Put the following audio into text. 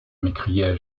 m’écriai